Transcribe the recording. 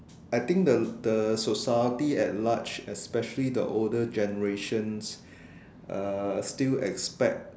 I think the the society at large especially the older generations uh still expect